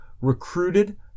recruited